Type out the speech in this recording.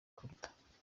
kuruta